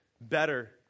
better